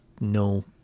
no